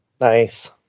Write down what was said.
Nice